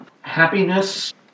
happiness